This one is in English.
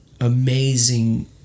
amazing